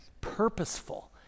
purposeful